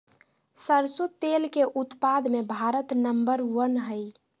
सरसों तेल के उत्पाद मे भारत नंबर वन हइ